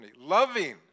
Loving